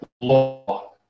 law